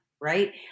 right